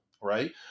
right